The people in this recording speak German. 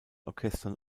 orchestern